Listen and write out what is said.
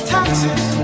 Taxes